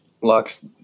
locks